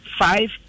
five